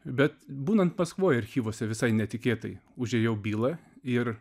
bet būnant maskvoj archyvuose visai netikėtai užėjau bylą ir